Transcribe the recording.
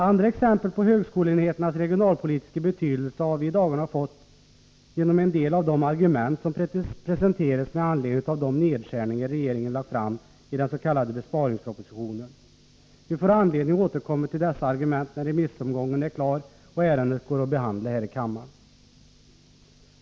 Andra exempel på högskoleenheternas regionalpolitiska betydelse har vii dagarna fått genom en del av de argument som presenterats med anledning av de förslag till nedskärningar som regeringen lagt fram i den s.k. besparingspropositionen. Vi får anledning att återkomma till dessa argument när remissomgången är klar och ärendet skall behandlas här i kammaren.